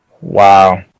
wow